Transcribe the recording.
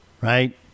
right